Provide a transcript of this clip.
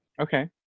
Okay